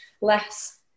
less